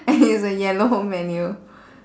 and it's a yellow menu